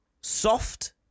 soft